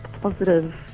positive